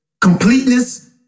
completeness